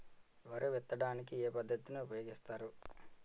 వరి విత్తడానికి ఏ పద్ధతిని ఉపయోగిస్తారు?